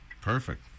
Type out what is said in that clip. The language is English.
Perfect